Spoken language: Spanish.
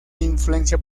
influencia